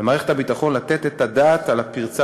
על מערכת הביטחון לתת את הדעת על הפרצה